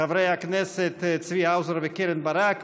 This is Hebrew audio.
חברי הכנסת צבי האוזר וקרן ברק,